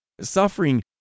Suffering